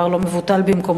זה דבר לא מבוטל במקומותינו.